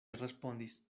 respondis